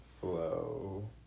flow